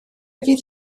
fydd